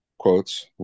quotes